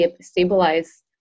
stabilize